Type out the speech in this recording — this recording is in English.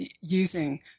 using